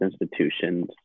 institutions